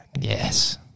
Yes